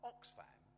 Oxfam